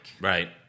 Right